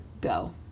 go